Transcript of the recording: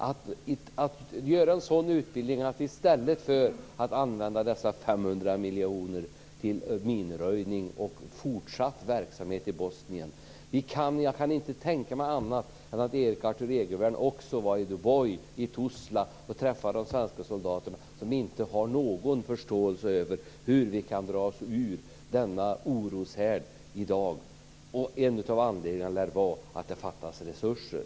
Att göra en sådan utbildning i stället för att använda dessa 500 miljoner till minröjning och fortsatt verksamhet i Bosnien. Jag kan inte tänka mig annat än att Erik Arthur Egervärn också var i Duboj i Tuzla och träffade de svenska soldaterna som inte har någon förståelse för hur vi kan dra oss ur denna oroshärd. En av anledningarna lär vara att det fattas resurser.